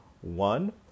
one